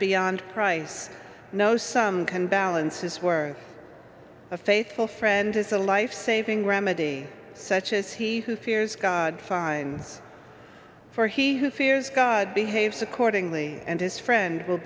beyond price no some can balance his were a faithful friend is a life saving remedy such as he who fears god finds for he who fears god behaves accordingly and his friend will